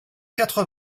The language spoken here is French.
quatre